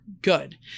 good